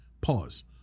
Pause